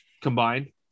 combined